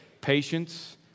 patience